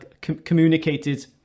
communicated